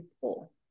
pull